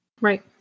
right